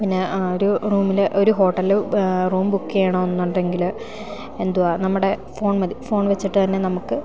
പിന്നെ ഒരു റൂമിൽ ഒരു ഹോട്ടലിൽ റൂം ബുക്ക് ചെയ്യണമെന്നുണ്ടെങ്കിൽ എന്തുവാ നമ്മുടെ ഫോൺ മതി ഫോൺ വെച്ചിട്ട് തന്നെ നമുക്ക്